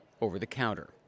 over-the-counter